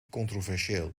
controversieel